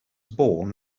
born